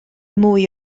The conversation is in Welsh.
mwy